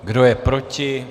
Kdo je proti?